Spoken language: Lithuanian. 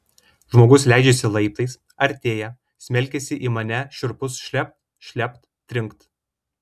žmogus leidžiasi laiptais artėja smelkiasi į mane šiurpus šlept šlept trinkt